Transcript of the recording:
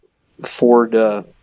Ford